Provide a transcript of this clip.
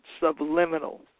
subliminal